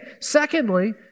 Secondly